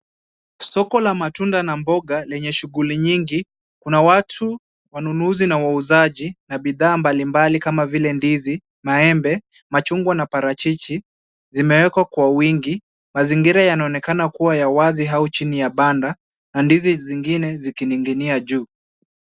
Soko la matunda na mboga lenye shughuli nyingi, kuna watu wanunuzi na wauzaji na bidhaa mbalimbali kama vile ndizi, maembe, machungwa na parachichi, zimewekwa kwa wingi. Mazingira yanaonekana kuwa ya wazi au chini ya banda na ndizi zingine zikining'inia juu.